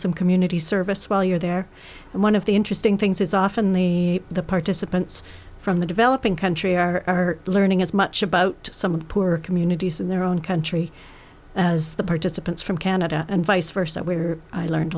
some community service while you're there and one of the interesting things is often the the participants from the developing country are learning as much about some of the poorer communities in their own country as the participants from canada and vice versa where i learn